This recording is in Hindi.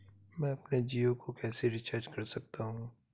मैं अपने जियो को कैसे रिचार्ज कर सकता हूँ?